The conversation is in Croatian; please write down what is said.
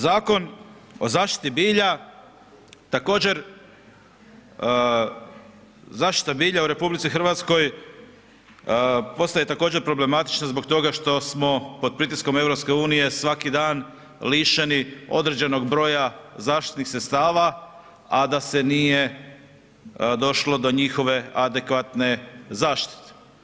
Zakon o zaštiti bilja također, zaštita bilja u RH postaje također problematična zbog toga što smo pod pritiskom EU svaki dan lišeni određenog broja zaštitnih sredstava, a da se nije došlo do njihove adekvatne zaštite.